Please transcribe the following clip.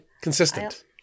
consistent